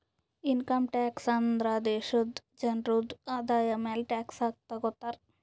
income tax ಅಂದುರ್ ದೇಶಾದು ಜನ್ರುದು ಆದಾಯ ಮ್ಯಾಲ ಟ್ಯಾಕ್ಸ್ ತಗೊತಾರ್